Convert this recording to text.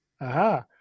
aha